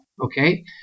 Okay